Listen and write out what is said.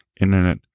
internet